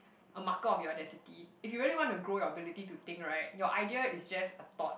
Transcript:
a marker of your identity if you really want to grow your ability to think right your idea is just a thought